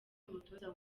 umutoza